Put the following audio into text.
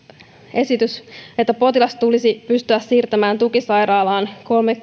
esitys että potilas tulisi pystyä siirtämään tukisairaalaan